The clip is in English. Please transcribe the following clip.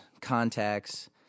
Contacts